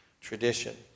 tradition